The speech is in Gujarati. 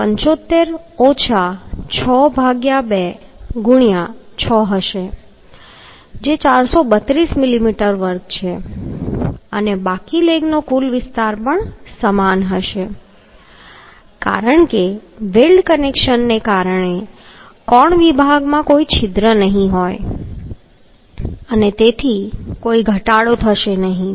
જે ✕6 હશે જે 432 મિલીમીટર વર્ગ હશે અને બાકી લેગનો કુલ વિસ્તાર પણ સમાન હશે કારણ કે વેલ્ડ કનેક્શનને કારણે કોણ વિભાગમાં કોઈ છિદ્ર નહીં હોય તેથી કોઈ ઘટાડો થશે નહીં